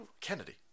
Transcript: kennedy